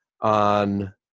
on